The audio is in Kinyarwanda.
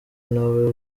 ntawe